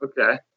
Okay